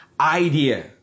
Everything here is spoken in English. idea